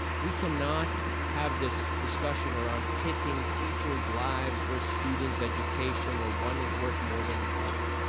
we cannot have this discussion around pitting teachers' lives versus student's education, or one is worth more than the other.